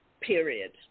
period